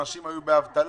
אנשים היו באבטלה,